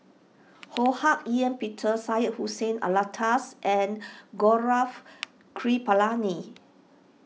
Ho Hak Ean Peter Syed Hussein Alatas and Gaurav Kripalani